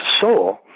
soul